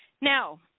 Now